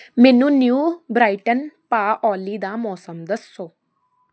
ਮੈਨੂੰ New Brighton ਪਾ ਓਲੀ ਦਾ ਮੌਸਮ ਦੱਸੋ